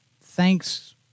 thanks